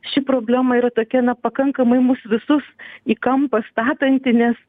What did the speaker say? ši problema yra tokia na pakankamai mus visus į kampą statanti nes